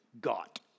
got